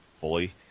fully